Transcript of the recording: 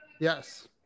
Yes